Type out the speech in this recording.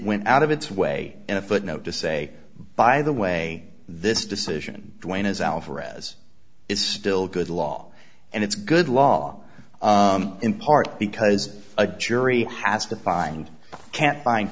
went out of its way in a footnote to say by the way this decision duane is alvarez is still good law and it's good law in part because a jury has to find can't find